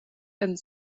and